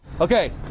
Okay